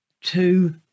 two